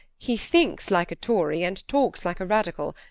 he thinks like a tory, and talks like a radical,